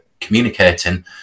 communicating